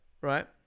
right